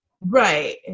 Right